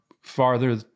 farther